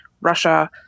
Russia